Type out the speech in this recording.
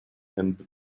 and